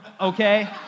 okay